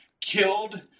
killed